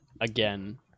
again